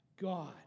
God